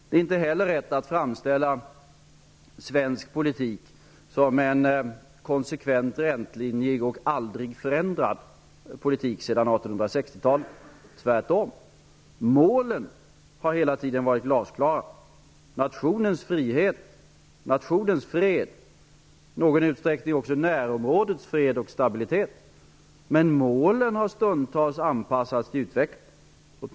Det är inte heller rätt att framställa svensk politik som konsekvent rätlinjig och aldrig förändrad sedan 1860-talet. Det är tvärtom -- målen nationens frihet och fred och i någon utsträckning också närområdets fred och stabilitet har varit glasklara. Men målen har stundtals anpassats till utvecklingen.